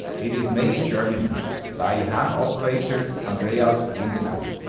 it is made in germany by ham operator, andreas lindenau.